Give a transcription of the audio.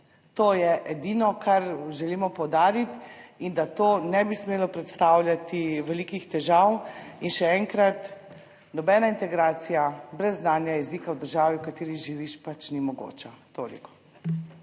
To je edino, kar želimo poudariti in da to ne bi smelo predstavljati velikih težav. Še enkrat, nobena integracija brez znanja jezika v državi, v kateri živiš, pač ni mogoča. Toliko.